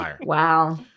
Wow